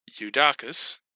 Eudacus